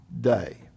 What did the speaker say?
day